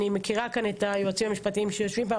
אני מכירה כאן את היועצים המשפטיים שיושבים כאן,